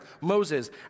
Moses